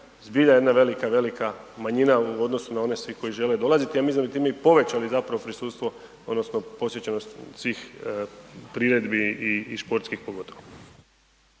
zbilja jedna velika, velika manjina u odnosu na one svi koji žele dolaziti, ja mislim da bi time i povećali zapravo prisustvo odnosno posjećenost svih priredbi i, i športskih pogotovo.